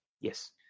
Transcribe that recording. Yes